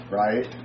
right